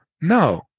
No